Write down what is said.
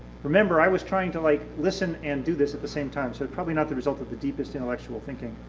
remember, i was trying to, like, listen and do this at the same time so probably not the result of the deepest intellectual thinking.